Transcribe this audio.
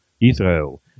Israel